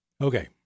Okay